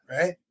right